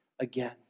again